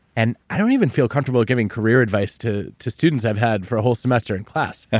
and i don't even feel comfortable giving career advice to to students i've had for a whole semester in class,